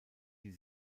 die